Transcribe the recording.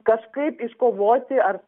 kažkaip iškovoti ar